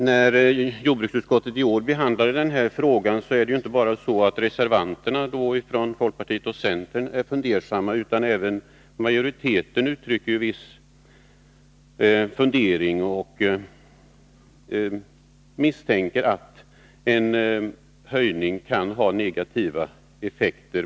När jordbruksutskottet i år behandlade frågan var inte bara reservanterna från folkpartiet och centern fundersamma, även majoriteten uttryckte en viss tveksamhet och misstänkte att en höjning kunde få negativa effekter.